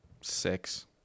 six